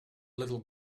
little